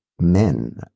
men